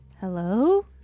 Hello